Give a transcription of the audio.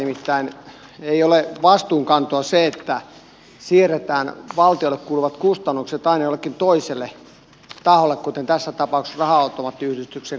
nimittäin ei ole vastuunkantoa se että siirretään valtiolle kuuluvat kustannukset aina jollekin toiselle taholle kuten tässä tapauksessa raha automaattiyhdistyksen kannettavaksi